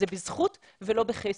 זה בזכות ולא בחסד.